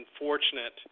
unfortunate